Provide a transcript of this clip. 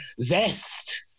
zest